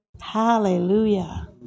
Hallelujah